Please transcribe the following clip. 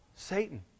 Satan